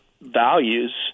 values